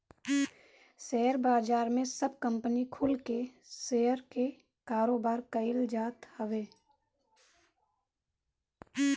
share बाजार में सब कंपनी कुल के शेयर के कारोबार कईल जात हवे